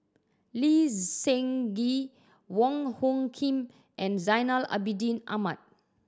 Lee Seng Gee Wong Hung Khim and Zainal Abidin Ahmad